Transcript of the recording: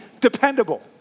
dependable